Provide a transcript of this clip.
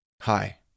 Hi